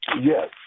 Yes